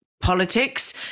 politics